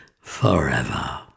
Forever